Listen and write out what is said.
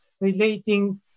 relating